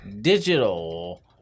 Digital